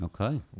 Okay